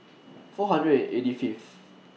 four hundred and eighty Fifth